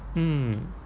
mm